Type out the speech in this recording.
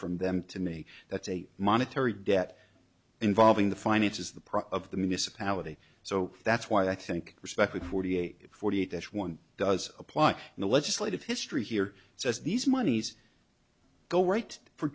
from them to me that's a monetary debt involving the finances the price of the municipality so that's why i think perspective forty eight forty eight ish one does apply in the legislative history here so if these monies go right for